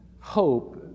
hope